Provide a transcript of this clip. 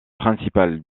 principal